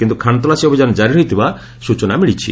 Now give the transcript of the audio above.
କିନ୍ତୁ ଖାନତଲାସୀ ଅଭିଯାନ ଜାରି ରହିଥିବା ଖବର ମିଳିଛି